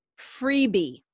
freebie